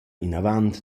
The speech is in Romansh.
inavant